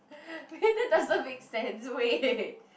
that doesn't make sense wait